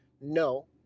No